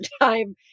time